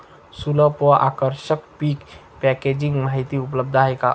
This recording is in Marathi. सुलभ व आकर्षक पीक पॅकेजिंग माहिती उपलब्ध आहे का?